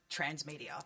transmedia